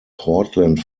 portland